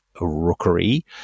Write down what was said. rookery